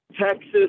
Texas